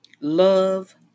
Love